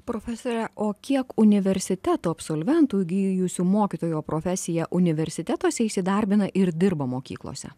profesore o kiek universitetų absolventų įgijusių mokytojo profesiją universitetuose įsidarbina ir dirba mokyklose